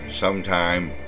sometime